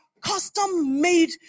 custom-made